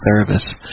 service